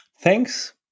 Thanks